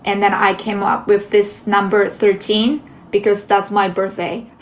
and then i came up with this number thirteen because that's my birthday.